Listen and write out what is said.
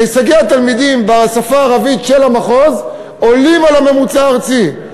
הישגי התלמידים בשפה הערבית של המחוז עולים על הממוצע הארצי,